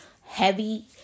heavy